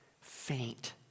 faint